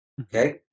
okay